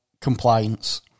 compliance